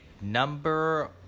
number